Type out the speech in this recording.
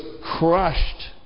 crushed